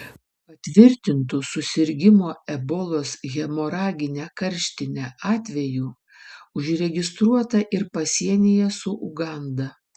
patvirtintų susirgimo ebolos hemoragine karštine atvejų užregistruota ir pasienyje su uganda